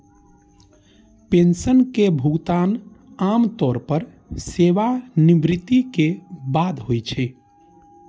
pension के भुगतान आम तौर पर सेवानिवृत्ति के बाद होइ छै